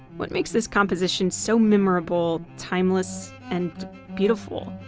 what makes this composition so memorable, timeless, and beautiful?